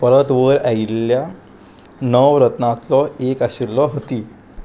परत वयर आयिल्ल्या णव रत्नांतलो एक आशिल्लो हती